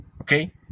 Okay